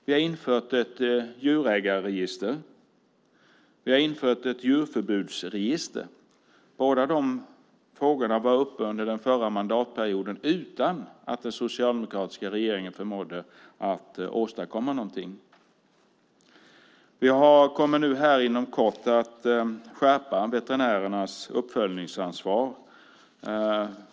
Vi har infört ett djurägarregister. Vi har infört ett djurförbudsregister. Båda de frågorna var uppe under den förra mandatperioden utan att den socialdemokratiska regeringen förmådde åstadkomma något. Vi kommer inom kort att skärpa veterinärernas uppföljningsansvar.